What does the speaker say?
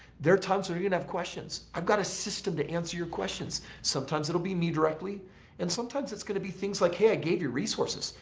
there are times where you're gonna have questions. i've got a system to answer your questions. sometimes it'll be me directly and sometimes it's going to be things like, hey i gave you resources.